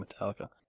Metallica